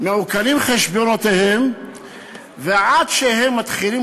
מעוקלים חשבונותיהם ועד שהם מתחילים